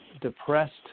depressed